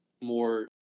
more